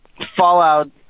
Fallout